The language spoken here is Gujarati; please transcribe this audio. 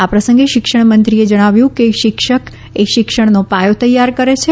આ પ્રસંગે શિક્ષણમંત્રીએ જણાવ્યું કે શિક્ષક એ શિક્ષણનો પાયો તૈયાર કરે છે